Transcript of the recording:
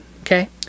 Okay